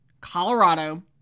Colorado